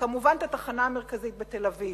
וכמובן את התחנה המרכזית בתל-אביב,